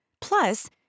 Plus